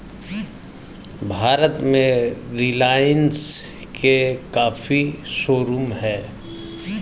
भारत में रिलाइन्स के काफी शोरूम हैं